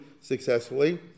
successfully